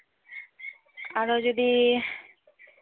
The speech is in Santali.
ᱟᱫᱚ ᱡᱩᱫᱤ